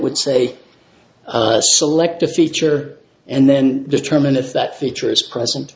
would say select a feature and then determine if that feature is present